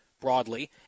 broadly